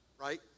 right